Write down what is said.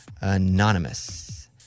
Anonymous